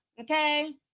Okay